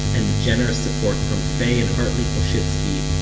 and the generous support from faye and hartley koschitzky,